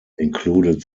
included